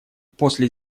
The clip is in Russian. после